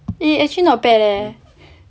eh actually not bad leh